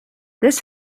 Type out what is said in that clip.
this